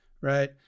right